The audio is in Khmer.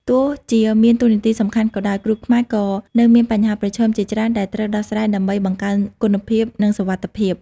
ទោះជាមានតួនាទីសំខាន់ក៏ដោយ គ្រូខ្មែរក៏នៅមានបញ្ហាប្រឈមជាច្រើនដែលត្រូវដោះស្រាយដើម្បីបង្កើនគុណភាពនិងសុវត្ថិភាព។